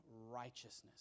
righteousness